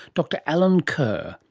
dr allen kerr.